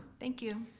thank you.